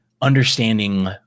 understanding